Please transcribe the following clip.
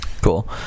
Cool